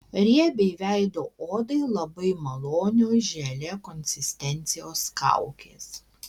riebiai veido odai labai malonios želė konsistencijos kaukės